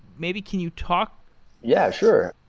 maybe can you talk yeah. sure.